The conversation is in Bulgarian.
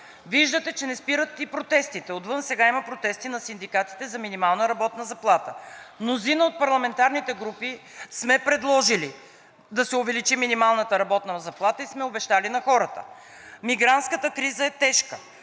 Виждате, че не спират и протестите – отвън сега има протести на синдикатите за минимална работна заплата. Мнозина от парламентарните групи сме предложили да се увеличи минималната работна заплата и сме обещали на хората. Мигрантската криза е тежка.